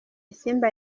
isimbi